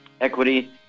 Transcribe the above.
equity